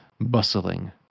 bustling